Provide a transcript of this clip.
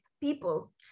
people